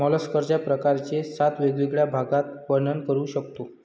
मॉलस्कच्या प्रकारांचे सात वेगवेगळ्या भागात वर्णन करू शकतो